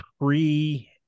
pre